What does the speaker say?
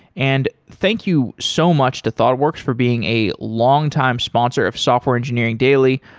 and thank you so much to thoughtworks for being a longtime sponsor of software engineering daily.